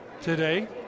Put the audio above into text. today